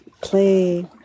play